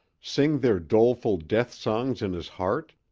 sing their doleful death-songs in his heart,